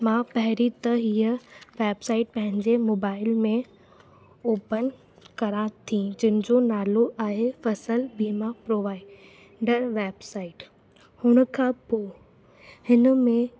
मां पहिरीं त हीअ वेबसाइट पंहिंजे मोबाइल में ओपन करा थी जंहिंजो नालो आहे फसल बीमा प्रोवाएडर वेबसाइट हुनखां पोइ हिनमें